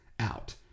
out